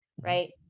right